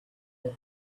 that